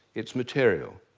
it's material.